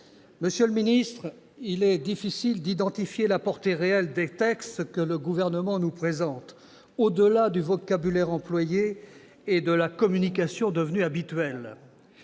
Monsieur le secrétaire d'État, il est difficile d'identifier la portée réelle des textes que le Gouvernement nous présente, au-delà du vocabulaire employé et de la communication devenue habituelle.